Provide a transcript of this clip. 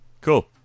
Cool